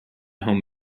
home